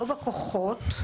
לא בכוחות,